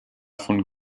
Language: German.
von